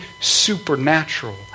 supernatural